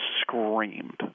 screamed